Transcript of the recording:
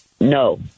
No